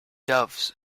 doves